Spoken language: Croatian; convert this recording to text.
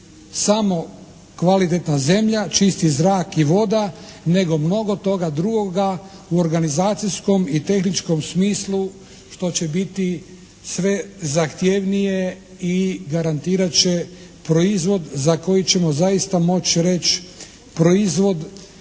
samo kvalitetna zemlja, čisti zrak i voda nego mnogo toga drugoga u organizacijskom i tehničkom smislu što će biti sve zahtjevnije i garantirat će proizvod za koji ćemo zaista moći reći proizvod